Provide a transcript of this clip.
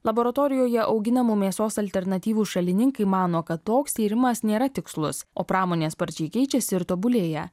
laboratorijoje auginamų mėsos alternatyvų šalininkai mano kad toks tyrimas nėra tikslus o pramonė sparčiai keičiasi ir tobulėja